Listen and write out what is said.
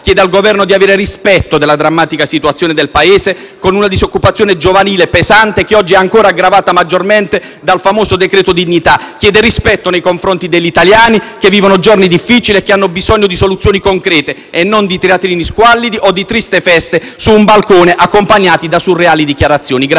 chiede al Governo di avere rispetto della drammatica situazione del Paese, con una disoccupazione giovanile pesante che oggi è aggravata ancora maggiormente dal famoso decreto dignità. Chiede rispetto nei confronti degli italiani, che vivono giorni difficili e che hanno bisogno di soluzioni concrete e non di teatrini squallidi o di tristi feste un balcone accompagnate da surreali dichiarazioni.